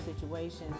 situations